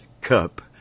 cup